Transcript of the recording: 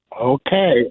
Okay